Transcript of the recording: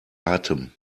atem